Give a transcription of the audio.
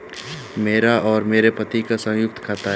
मेरा और मेरे पति का संयुक्त खाता है